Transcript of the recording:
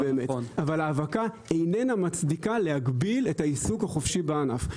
אבל האבקה איננה מצדיקה להגביל את העיסוק החופשי בענף.